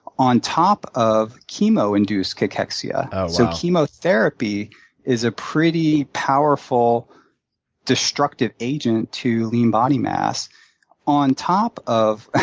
on top of chemo-induced cachexia so chemotherapy is a pretty powerful destructive agent to lean body mass on top of